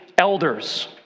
elders